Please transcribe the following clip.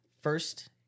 first